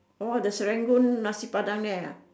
oh the Serangoon nasi-padang there ah